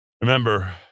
Remember